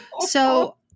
So-